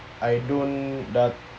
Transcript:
I don't dah